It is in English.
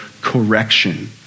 correction